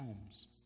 homes